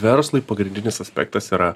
verslui pagrindinis aspektas yra